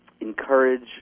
encourage